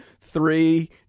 Three